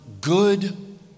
good